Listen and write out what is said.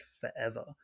forever